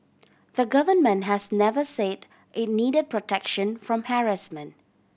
the Government has never said it needed protection from harassment